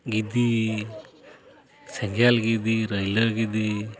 ᱜᱤᱸᱫᱤ ᱥᱮᱸᱜᱮᱞ ᱜᱤᱫᱤ ᱨᱟᱹᱭᱞᱟᱹ ᱜᱤᱫᱤ